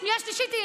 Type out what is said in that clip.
שנייה שלישית,